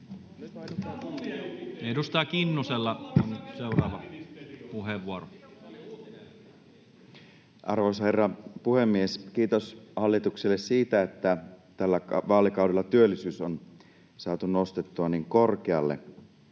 2023 Time: 18:10 Content: Arvoisa herra puhemies! Kiitos hallitukselle siitä, että tällä vaalikaudella työllisyys on saatu nostettua niin korkealle.